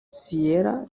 sierra